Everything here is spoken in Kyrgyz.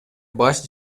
баш